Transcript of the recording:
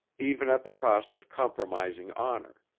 even at the cost of compromised honor.